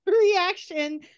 reaction